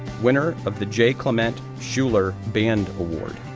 winner of the j. clement schuler band award,